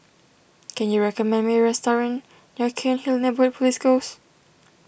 can you recommend me a restaurant near Cairnhill Neighbourhood Police Post